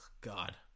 God